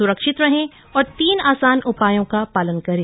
सुरक्षित रहें और तीन आसान उपायों का पालन करें